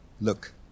Look